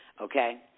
okay